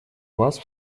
вас